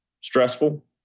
stressful